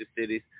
cities